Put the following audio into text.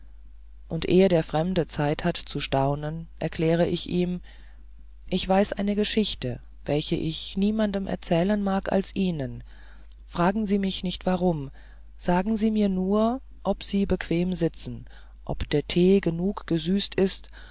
und ehe der fremde zeit hat zu staunen erkläre ich ihm ich weiß eine geschichte welche ich niemandem erzählen mag als ihnen fragen sie mich nicht warum sagen sie mir nur ob sie bequem sitzen ob der tee genug süß ist